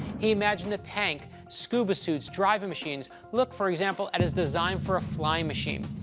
he imagined a tank, scuba suits, driving machines. look, for example, at his design for a flying machine.